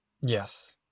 Yes